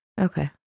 Okay